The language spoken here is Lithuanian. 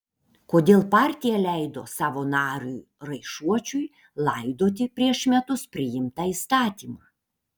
kodėl partija leido savo nariui raišuočiui laidoti prieš metus priimtą įstatymą